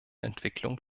entwicklung